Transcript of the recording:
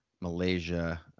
Malaysia